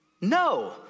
No